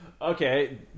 Okay